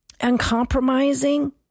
uncompromising